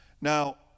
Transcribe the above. Now